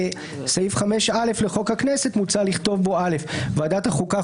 5א. (א) ועדת החוקה,